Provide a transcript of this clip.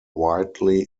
widely